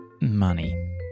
money